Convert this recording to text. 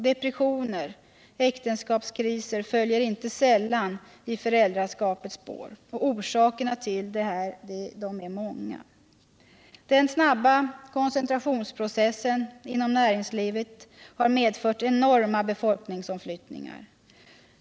Depressioner och äktenskapskriser följer inte sällan i föräldraskapets spår. Orsakerna till detta är många. Den snabba koncentrationsprocessen inom näringslivet har medfört enorma befolkningsomflyttningar.